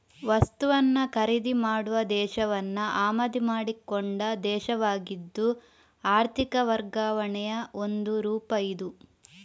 ವಸ್ತುವನ್ನ ಖರೀದಿ ಮಾಡುವ ದೇಶವನ್ನ ಆಮದು ಮಾಡಿಕೊಂಡ ದೇಶವಾಗಿದ್ದು ಆರ್ಥಿಕ ವರ್ಗಾವಣೆಯ ಒಂದು ರೂಪ ಇದು